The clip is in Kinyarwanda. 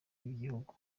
w’igihugu